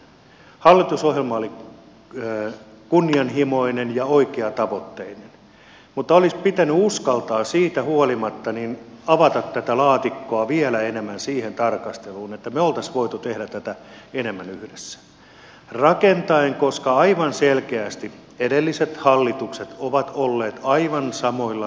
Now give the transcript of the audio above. hallitusohjelma oli kunnianhimoinen ja oikeatavoitteinen mutta olisi pitänyt uskaltaa siitä huolimatta avata tätä laatikkoa vielä enemmän siihen tarkasteluun että me olisimme voineet tehdä tätä enemmän yhdessä rakentaen koska aivan selkeästi edelliset hallitukset ovat olleet aivan samoilla linjoilla